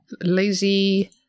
lazy